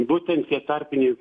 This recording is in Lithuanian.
būtent tie tarpiniai